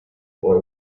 boy